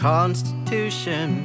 Constitution